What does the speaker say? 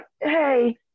hey